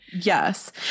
yes